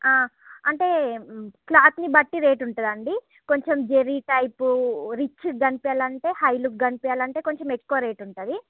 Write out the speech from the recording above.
అంటే క్లాత్ ని బట్టి రేట్ ఉంటుందండి కొంచం జేరి టైపు రిచ్ గా కనిపియాలంటే హై లుక్ కనిపించాలంటే కొంచం ఎక్కువ రేట్ ఉంటుందండి